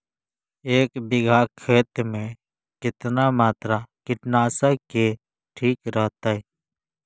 एक बीघा खेत में कितना मात्रा कीटनाशक के ठिक रहतय?